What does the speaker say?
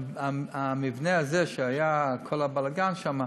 המבנה הזה, שהיה כל הבלגן שם,